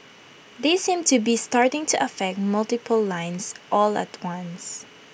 they seem to be starting to affect multiple lines all at once